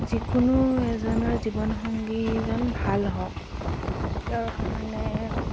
যিকোনো এজনৰ জীৱনসংগীজন ভাল হওক তেওঁৰ কাৰণে